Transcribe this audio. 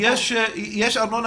יש ארנונה